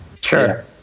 Sure